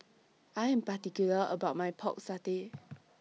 I Am particular about My Pork Satay